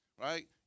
right